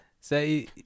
Say